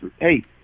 hey